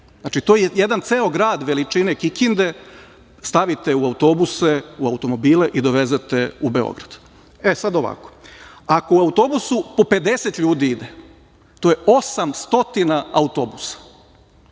Znači, to je jedan ceo grad veličine Kikinde, stavite u autobuse, u automobile i dovezete u Beograd.E, sada, ovako, ako u autobusu po 50 ljudi ide, to je 800 autobusa.